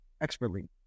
expertly